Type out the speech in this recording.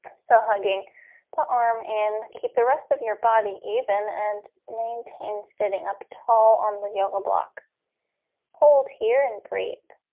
so hugging the arm and keep the rest of your body even and maintain sitting up tall on the yoga block hold here and breathe